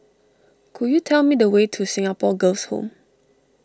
could you tell me the way to Singapore Girls' Home